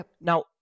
Now-